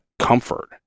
comfort